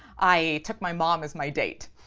i took my mom as my date.